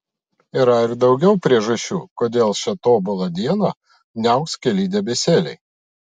yra ir daugiau priežasčių kodėl šią tobulą dieną niauks keli debesėliai